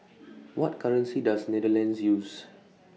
What currency Does Netherlands use